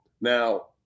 Now